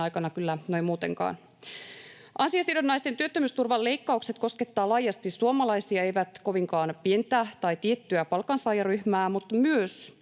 aikana kyllä noin muutenkaan. Ansiosidonnaisen työttömyysturvan leikkaukset koskettavat laajasti suomalaisia, eivät kovinkaan pientä tai tiettyä palkansaajaryhmää, ja myös